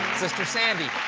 sister san di.